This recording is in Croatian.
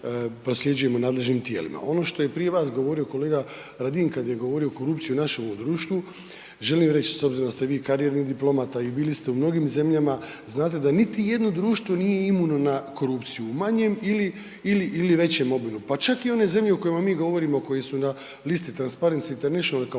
prosljeđujemo nadležnim tijelima. Ono što je prije vas govorio kolega Radin kad je govorio o korupciji u našemu društvu, želim reć s obzirom da ste vi karijerni diplomata i bili ste u mnogim zemljama, znate da niti jedno društvo nije imuno na korupciju u manjem ili, ili, ili većem obimu, pa čak i one zemlje o kojima mi govorimo, koje su na listu Transparency International kao